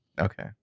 Okay